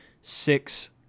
six